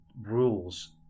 rules